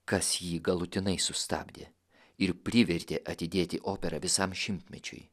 kas jį galutinai sustabdė ir privertė atidėti operą visam šimtmečiui